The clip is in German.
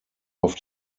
auf